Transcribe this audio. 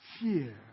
fear